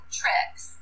tricks